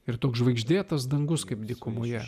ir toks žvaigždėtas dangus kaip dykumoje